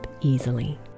easily